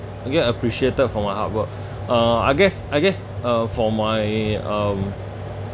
I get appreciated from my hard work uh I guess I guess uh for my um